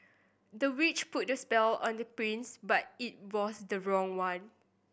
the witch put a spell on the prince but it was the wrong one